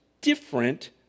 different